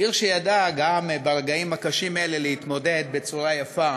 עיר שידעה גם ברגעים הקשים האלה להתמודד בצורה יפה,